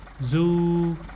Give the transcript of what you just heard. zoo